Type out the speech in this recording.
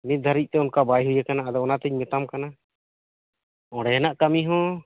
ᱱᱤᱛ ᱫᱷᱟᱹᱨᱤᱡ ᱛᱮ ᱚᱱᱠᱟ ᱵᱟᱭ ᱦᱩᱭ ᱟᱠᱟᱱᱟ ᱟᱫᱚ ᱚᱱᱟᱛᱤᱧ ᱢᱮᱛᱟᱢ ᱠᱟᱱᱟ ᱚᱸᱰᱮ ᱱᱟᱜ ᱠᱟᱹᱢᱤ ᱦᱚᱸ